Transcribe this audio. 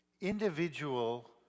individual